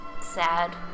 sad